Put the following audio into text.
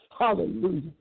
Hallelujah